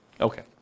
Okay